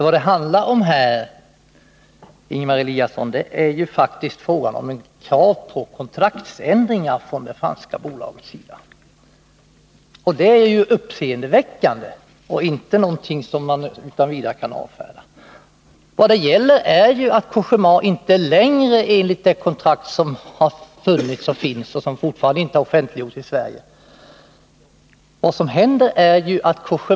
Det handlar ju här, Ingemar Eliasson, faktiskt om krav på kontraktsändringar från det franska bolagets sida. Det är uppseendeväckande och inte något som man utan vidare kan avfärda. Vad det gäller är ju att Cogéma nu säger att man inte kan uppfylla kraven i detta kontrakt, som fortfarande inte är offentliggjort i Sverige.